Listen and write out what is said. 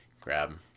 grab